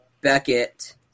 Beckett